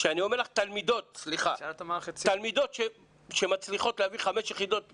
כשאני אומר לך תלמידות שמצליחות להביא חמש יחידות במתמטיקה,